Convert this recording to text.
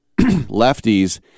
lefties